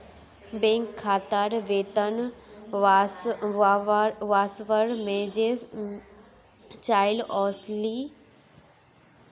bank खातात वेतन वस्वार मैसेज चाइल ओसीले